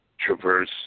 traverse